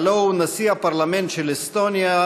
הלוא הוא נשיא הפרלמנט של אסטוניה,